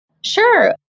Sure